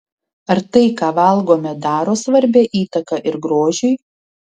ar tai ką valgome daro svarbią įtaką ir grožiui